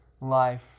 life